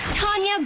Tanya